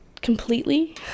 completely